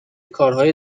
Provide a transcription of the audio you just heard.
کارهای